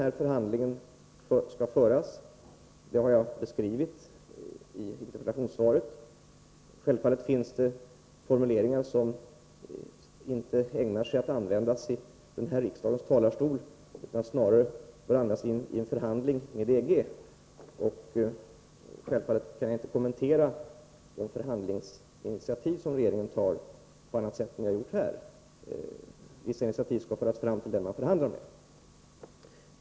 Hur förhandlingen skall föras har jag beskrivit i interpellationssvaret. Självfallet finns det formuleringar som inte är ägnade att användas här i riksdagens talarstol utan som snarare bör användas i en förhandling med EG, och naturligtvis kan jag inte kommentera de förhandlingsinitiativ som regeringen tar på annat sätt än jag har gjort här — vissa initiativ skall föras fram endast till den man förhandlar med.